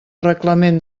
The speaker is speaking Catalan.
reglament